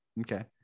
Okay